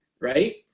Right